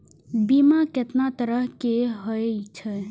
बीमा केतना तरह के हाई छै?